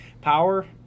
power